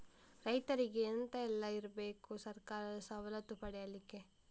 ರೈತರಿಗೆ ಎಂತ ಎಲ್ಲ ಇರ್ಬೇಕು ಸರ್ಕಾರದ ಸವಲತ್ತು ಪಡೆಯಲಿಕ್ಕೆ?